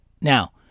Now